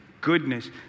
goodness